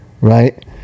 Right